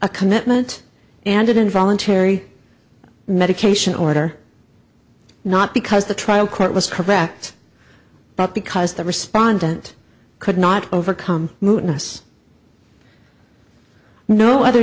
a commitment and involuntary medication order not because the trial court was correct but because the respondent could not overcome mootness no other